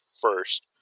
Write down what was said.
first